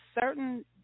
certain